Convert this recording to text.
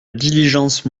diligence